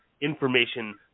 information